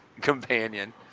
companion